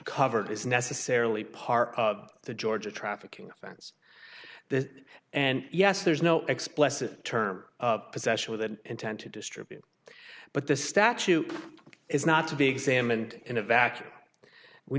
covered is necessarily part of the georgia trafficking offense that and yes there's no explicit terms of possession with an intent to distribute but the statute is not to be examined in a vacuum we